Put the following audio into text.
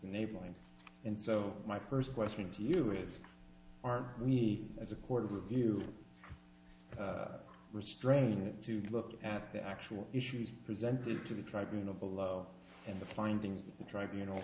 enabling and so my first question to you is are we as a court of review restraint to look at the actual issues presented to the tribunals below and the finding tribunals